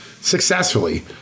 successfully